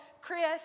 Chris